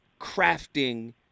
crafting